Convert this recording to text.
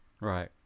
Right